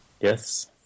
Yes